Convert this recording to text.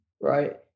right